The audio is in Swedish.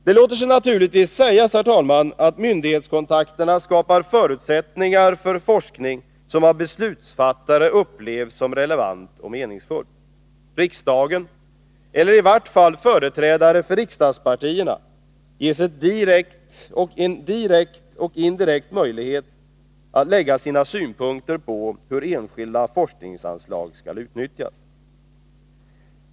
Det låter sig naturligtvis sägas att myndighetskontakterna skapar förutsättningar för en forskning som av beslutsfattare upplevs som relevant och meningsfull. Riksdagen — eller i vart fall företrädare för riksdagspartierna — ges direkt och indirekt möjlighet att lägga sina synpunkter på hur enskilda forskningsanslag skall utnyttjas.